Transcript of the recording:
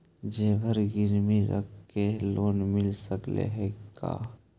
जेबर गिरबी रख के लोन मिल सकले हे का?